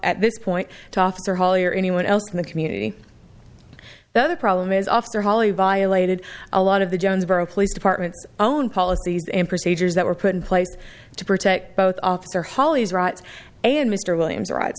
at this point to officer holly or anyone else in the community the other problem is officer holly violated a lot of the jonesboro police department's own policies and procedures that were put in place to protect both officer holly's rights and mr williams right